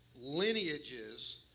lineages